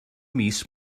mis